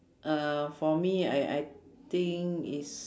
uh for me I I think is